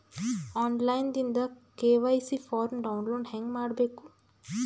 On line ದಿಂದ KYC form download ಹೇಂಗ ಮಾಡಬೇಕು?